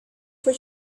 for